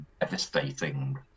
devastating